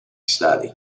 study